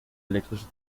elektrische